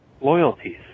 loyalties